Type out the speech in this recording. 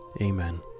Amen